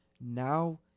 Now